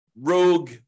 rogue